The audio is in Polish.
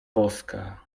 boska